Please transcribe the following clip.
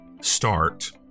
start